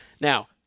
Now